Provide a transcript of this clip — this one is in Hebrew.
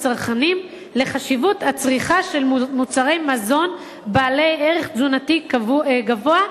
הצרכנים לחשיבות הצריכה של מוצרי מזון בעלי ערך תזונתי גבוה,